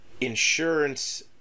insurance